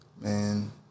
Man